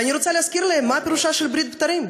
ואני רוצה להזכיר להם מה פירושה של ברית בין הבתרים.